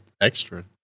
extra